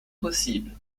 possibles